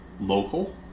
Local